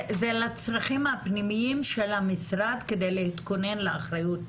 זה לצרכים הפנימיים של המשרד כדי להתכונן לאחריות,